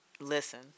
listen